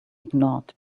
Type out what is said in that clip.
ignored